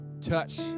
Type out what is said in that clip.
touch